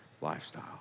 lifestyle